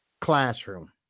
classroom